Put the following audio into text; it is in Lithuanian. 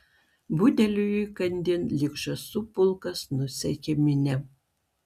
budeliui įkandin lyg žąsų pulkas nusekė minia